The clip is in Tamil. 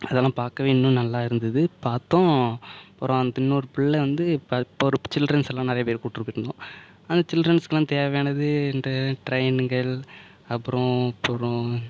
அதல்லாம் பார்க்கவே இன்னும் நல்லா இருந்தது பார்த்தோம் அப்புறம் வந்து இஇன்னொரு புள்ளை வந்து இப்போ இப்போ ஒரு சில்ட்ரன்ஸ்ஸெல்லாம் நிறையா பேர் கூட்னு போய்ருந்தோம் அந்த சில்ட்ரன்ஸ்க்கெல்லாம் தேவையானது இந்த டிரெயின்கள் அப்புறம் அப்புறம்